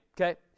okay